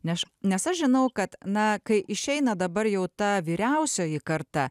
neš nes aš žinau kad na kai išeina dabar jau ta vyriausioji karta